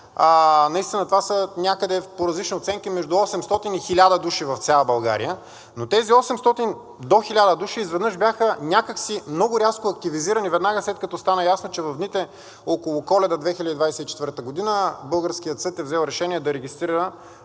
наистина това са някъде по различна оценка между 800 и 1000 души в цяла България, но тези 800 до 1000 души изведнъж бяха някак си много рязко активизирани веднага, след като стана ясно, че в дните около Коледа 2024 г. българският съд е взел решение да регистрира